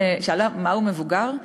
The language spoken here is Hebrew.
שאלה: מהו מבוגר?